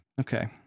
Okay